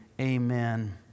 amen